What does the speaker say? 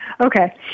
Okay